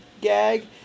gag